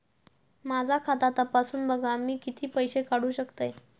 माझा खाता तपासून बघा मी किती पैशे काढू शकतय?